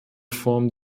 form